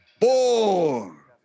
four